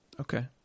Okay